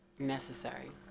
necessary